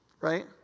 Right